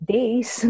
Days